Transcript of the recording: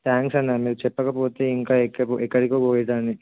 thanks అన్నా మీరు చెప్పకపోతే ఇంకా ఎక్క ఎక్కడికి పోయేదాన్ని